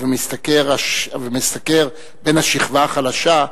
ומשתכר בן השכבה החלשה,